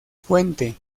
fuente